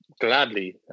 gladly